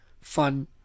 fun